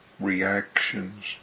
reactions